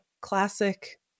classic